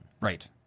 Right